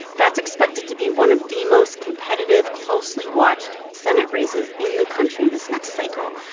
that's expected to be one of the most competitive, closely watched senate races in the country this next cycle.